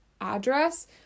address